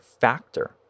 factor